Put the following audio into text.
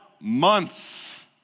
months